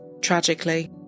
Tragically